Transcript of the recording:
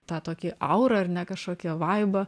tą tokį aurą ar ne kažkokį vaibą